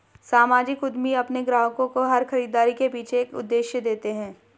सामाजिक उद्यमी अपने ग्राहकों को हर खरीदारी के पीछे एक उद्देश्य देते हैं